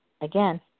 again